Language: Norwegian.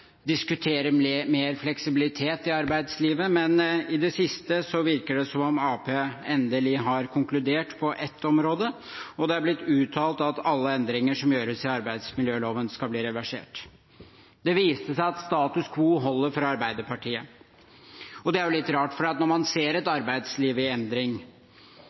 diskutere mer fleksibilitet i arbeidslivet, men i det siste virker det som om Arbeiderpartiet endelig har konkludert på ett område, og det er blitt uttalt at alle endringer som gjøres i arbeidsmiljøloven, skal bli reversert. Det viste seg at status quo holder for Arbeiderpartiet. Det er litt rart, for når man ser et arbeidsliv i endring,